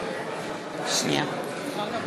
אי-אפשר לתקן.